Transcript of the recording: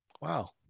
Wow